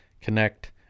connect